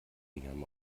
miriam